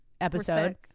episode